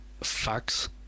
...facts